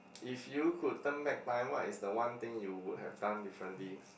if you could turn back my mind is the one thing you would have done differently